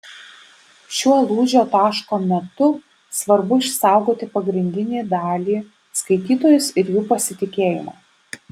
šiuo lūžio taško metu svarbu išsaugoti pagrindinį dalį skaitytojus ir jų pasitikėjimą